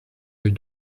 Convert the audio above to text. rue